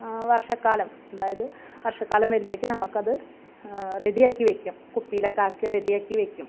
വർഷക്കാലം അതായത് വർഷക്കാലം വരുമ്പോഴേക്കും നമുക്കത് റെഡിയാക്കി വയ്ക്കും കുപ്പിലൊക്കെ ആക്കി റെഡിയാക്കി വയ്ക്കും